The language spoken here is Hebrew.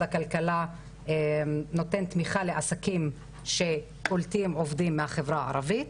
הכלכלה נותן תמיכה לעסקים שקולטים עובדים מהחברה הערבית